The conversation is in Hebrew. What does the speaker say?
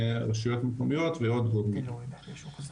רשויות מקומיות ועוד ועוד,